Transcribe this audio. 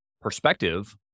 Perspective